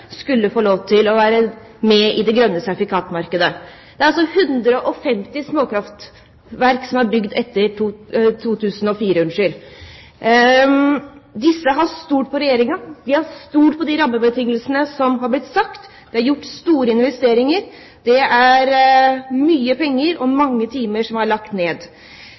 skulle få lov til å være med i det grønne sertifikat-markedet. Det er altså 150 småkraftverk som er bygd etter 2004. Disse har stolt på Regjeringen. De har stolt på det som er sagt om rammebetingelsene, og de har gjort store investeringer. Det er mye penger og mange timer som er lagt ned.